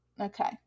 Okay